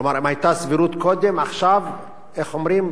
כלומר, אם היתה סבירות קודם, עכשיו, איך אומרים?